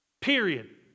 Period